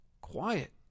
quiet